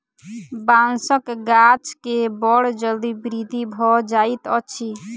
बांसक गाछ के बड़ जल्दी वृद्धि भ जाइत अछि